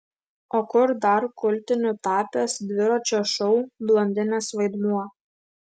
o kur dar kultiniu tapęs dviračio šou blondinės vaidmuo